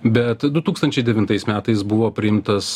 bet du tūkstančiai devintais metais buvo priimtas